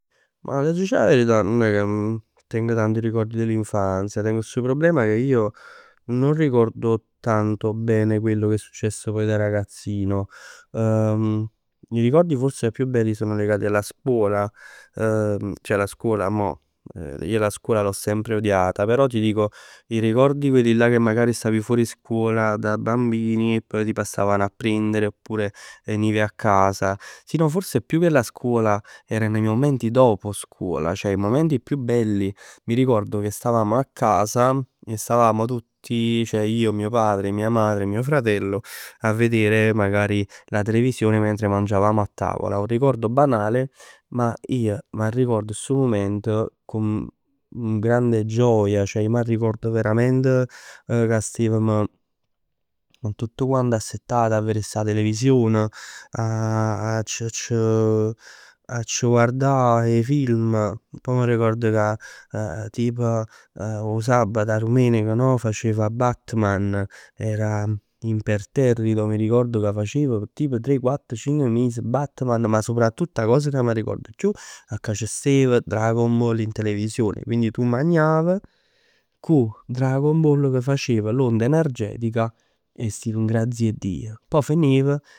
Ma t'aggia dicere 'a verità nun è ca teng tant ricordi dell'infanzia. Teng stu problema che io non ricordo tanto bene quello che è successo poi da ragazzino. I ricordi forse più belli sono legati alla scuola. Ceh la scuola mo, io la scuola l'ho sempre odiata. Però ti dico i ricordi che magari stavi fuori scuola da bambini e poi ti passavano a prendere, oppure venivi a casa. Sì no forse più che la scuola erano i momenti dopo scuola. Ceh i momenti più belli, mi ricordo che stavamo a casa e stavamo tutti. Io, mio padre, mio fratello, a vedere magari, la televisione mentre mangiavamo a tavola. Un ricordo banale, ma ij m'arricord stu mument con con grande gioia. Ceh ij m'arricord verament ca stevem tutt quant assettat a verè sta television. A c'-c', a c' guardà 'e film. Pò m'arricord tipo 'o sabato 'a domenica facev Batman, era imperterrito. M'arricord ca facev tipo tre, quatt, cinc mesi Batman. Ma soprattutto 'a cosa che m'arricord 'e chiù è ca c' stev Dragon Ball in televisione. Quindi tu magnav, cu Dragon Ball ca facev l'onda energetica e stiv n'grazia 'e Dij. Pò fenev